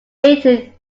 eight